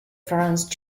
france